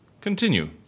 continue